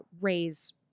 raise